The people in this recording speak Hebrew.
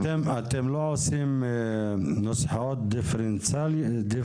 אתם לא עושים נוסחאות דיפרנציאליות